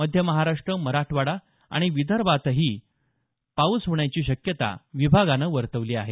मध्य महाराष्ट्र मराठवाडा आणि विदर्भातही पाऊस होण्याची शक्यता विभागानं वर्तवली आहे